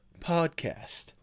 Podcast